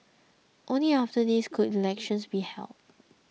only after this could elections be held